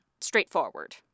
straightforward